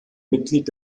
mitglied